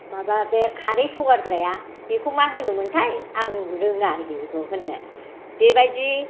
माबा बे खारै सगारग्राया बेखौ मा होनोमोन्थाय आं रोङानोखि बेखौ होननो बेबायदि